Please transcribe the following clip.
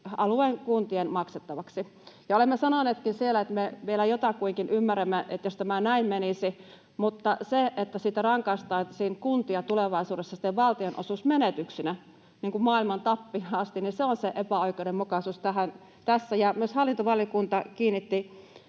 alueen kuntien maksettavaksi. Ja olemme sanoneetkin siellä, että me vielä jotakuinkin ymmärrämme, että jos tämä näin menisi, mutta se, että siitä rangaistaisiin kuntia tulevaisuudessa sitten valtionosuusmenetyksinä maailman tappiin asti, niin se on se epäoikeudenmukaisuus tässä. Myös hallintovaliokunta kiinnitti